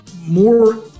more